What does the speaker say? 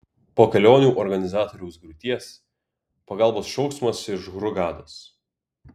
po kelionių organizatoriaus griūties pagalbos šauksmas iš hurgados